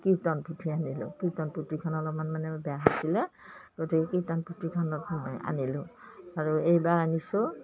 কীৰ্তন পুথি আনিলোঁ কীৰ্তন পুথিখন অলপমান মানে বেয়া আছিলে গতিকে কীৰ্তন পুথিখন মই আনিলোঁ আৰু এইবাৰ আনিছোঁ